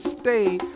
stay